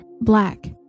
black